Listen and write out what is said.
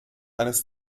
eines